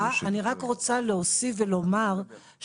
בשמחה, אני רק רוצה להדגיש דבר נוסף,